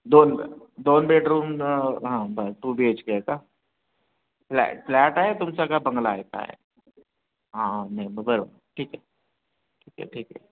दोन दोन बेडरूम हां बरं टू बी एच के आहे का फ्लॅ फ्लॅट आहे तुमचा का बंगला आहे काय हां नाही मग बरोबर ठीक आहे ठीक आहे ठीक आहे